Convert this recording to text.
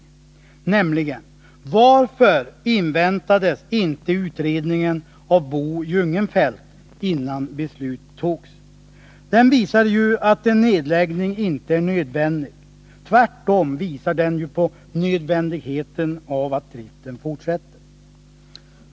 För det första: Varför inväntades inte utredningen av Bo Jungenfelt innan beslut togs? Den visar ju att en nedläggning inte är nödvändig utan att det tvärtom är nödvändigt att driften fortsätter.